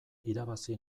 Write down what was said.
irabazi